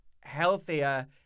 healthier